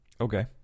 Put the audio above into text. Okay